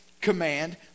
command